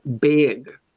big